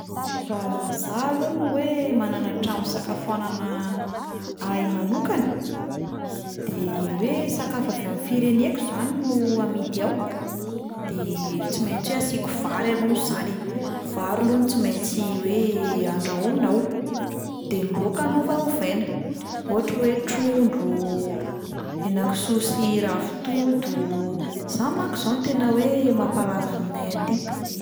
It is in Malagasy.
Raha izaho alohany hoe manana trano fisakafoanana ahy manokana, de hoe sakafo avy amin'ny fireneko zany no hamidy ao, de tsy maintsy hoe asiako vary alohany 'zany, vary aloha no tsy maintsy hoe andrahoina ao, de ny laoka no ovaovaina, ohatra hoe trondro, henakisoa sy ravitoto, zany manko zao no tena hoe mampalaza aminay aty.